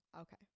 Okay